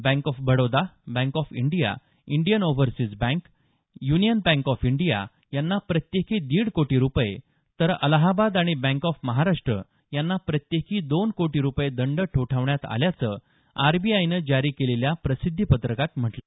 bank of Baroda bank of India Indian overseas bank union bank of India यांना प्रत्येकी दिड कोटी रूपये तर अलाहाबाद आणि बँक ऑफ महाराष्ट्र यांना प्रत्येकी दोन कोटी रूपये दंड ठोठावण्यात आल्याचं आरबीआयनं जारी केलेल्या प्रसिद्धीपत्रकात म्हटलं आहे